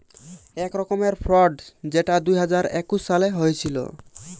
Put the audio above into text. এক রকমের ফ্রড যেটা দুই হাজার একুশ সালে হয়েছিল